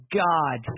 god